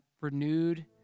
renewed